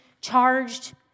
charged